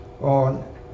on